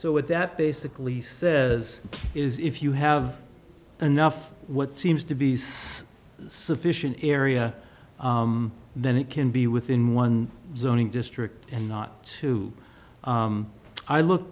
so what that basically says is if you have enough what seems to be sufficient area then it can be within one zone in district and not too i look